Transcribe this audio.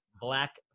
black